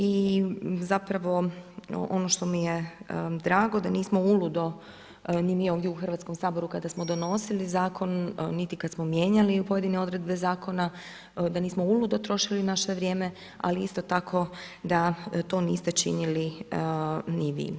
I zapravo ono što mi je dragao da nismo uludo ni mi ovdje u Hrvatskom saboru, kada smo donosili zakon, niti kada smo mijenjali pojedine odredbe zakona, da nismo uludo troši naše vrijeme, ali isto tako, da to niste činili ni vi.